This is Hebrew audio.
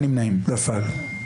נפל.